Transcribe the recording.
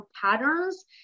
patterns